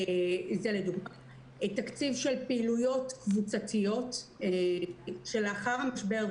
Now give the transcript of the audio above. תקציב של פעילויות קבוצתיות שלאחר המשבר,